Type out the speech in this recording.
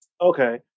Okay